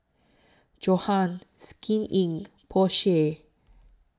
Johan Skin Inc Porsche